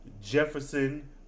Jefferson